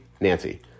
Nancy